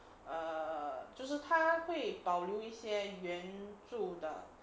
err 就是他会保留一些原住的